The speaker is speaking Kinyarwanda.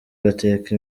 bateka